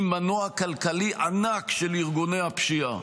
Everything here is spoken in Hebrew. היא מנוע כלכלי ענק של ארגוני הפשיעה.